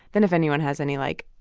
then if anyone has any, like,